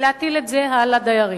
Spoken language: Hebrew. להטיל את זה על הדיירים.